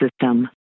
system